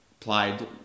Applied